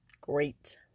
Great